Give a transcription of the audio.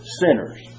sinners